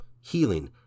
healing